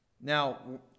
Now